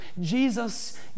Jesus